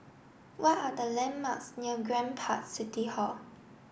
what are the landmarks near Grand Park City Hall